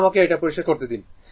এখন আমাকে এটা পরিষ্কার করতে দিন